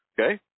Okay